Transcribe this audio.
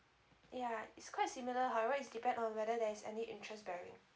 ya it's quite similar however is depend on whether there is any interest varying